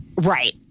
Right